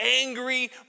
angry